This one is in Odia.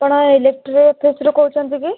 ଆପଣ ଇଲେକ୍ଟ୍ରି ଅଫିସ୍ରୁ କହୁଛନ୍ତି କି